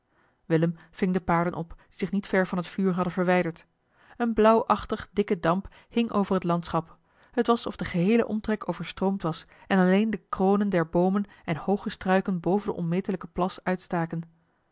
willem ving de paarden op die zich niet ver van het vuur hadden verwijderd een blauwachtige dikke damp hing over het landschap t was of de geheele omtrek overstroomd was en alleen de kronen der boomen en hooge struiken boven den onmetelijken plas uitstaken